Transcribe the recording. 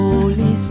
Holy